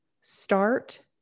start